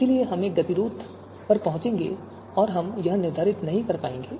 इसलिए हम एक गतिरोध पर पहुंचेंगे और हम यह निर्धारित नहीं कर पाएंगे